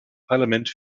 parlament